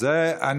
שירי.